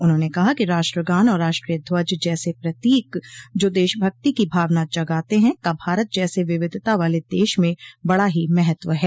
उन्होंने कहा कि राष्ट्रगान और राष्ट्रीय ध्वज जैसे प्रतीक जो देशभक्ति की भावना जगाते हैं का भारत जैसे विविधता वाले देश में बड़ा ही महत्व है